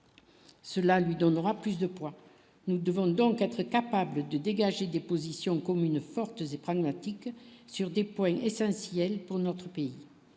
cela lui donnera plus de poids, nous devons donc être capable de dégager des positions communes fortes et pragmatique sur des poignets essentiel pour notre pays,